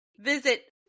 visit